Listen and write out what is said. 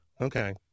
Okay